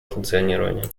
функционирование